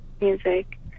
music